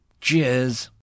cheers